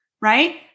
right